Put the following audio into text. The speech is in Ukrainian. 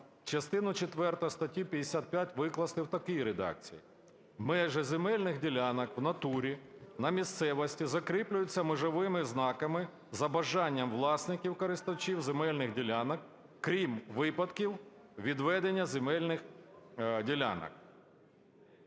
Частину четверту статті 55 викласти в такій редакції: "Межі земельних ділянок в натурі (на місцевості) закріплюються межовими знаками за бажанням власників (користувачів) земельних ділянок (крім випадків відведення земельних ділянок)".